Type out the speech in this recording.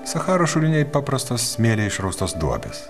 sacharos šuliniai paprastos smėlyje išraustos duobės